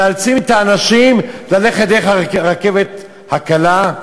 מאלצים את האנשים ללכת דרך הרכבת הקלה.